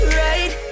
right